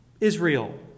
Israel